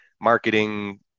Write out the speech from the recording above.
marketing